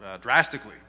drastically